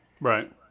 Right